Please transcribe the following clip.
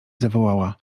zawołała